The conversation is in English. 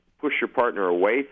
push-your-partner-away